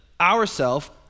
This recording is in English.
ourself